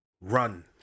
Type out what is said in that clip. run